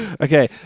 Okay